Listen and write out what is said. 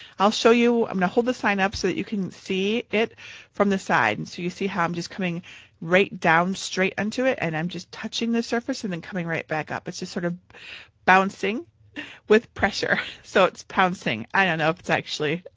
i'll show you, i'm going to hold the sign up so that you can it from the side. and so you see how i'm just coming right down, straight onto it and i'm just touching the surface and then just coming right back up. it's just sort of bouncing with pressure, so it's pouncing. i don't know if it's actually,